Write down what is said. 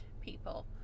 people